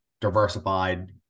diversified